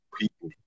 people